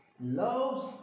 loves